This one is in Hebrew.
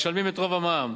משלמים את רוב המע"מ.